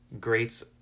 greats